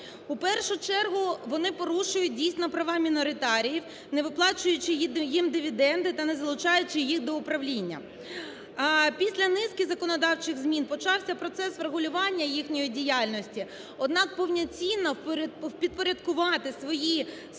В першу чергу вони порушують, дійсно, права міноритаріїв, не виплачуючи їм дивіденди та не залучаючи їх до управління. Після низки законодавчих змін почався процес врегулювання їхньої діяльності, однак повноцінно підпорядкувати свої